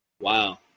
Wow